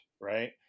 right